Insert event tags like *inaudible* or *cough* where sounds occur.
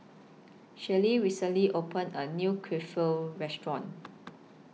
Shelli recently opened A New *unintelligible* Restaurant